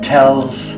Tells